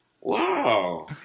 Wow